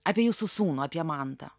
apie jūsų sūnų apie mantą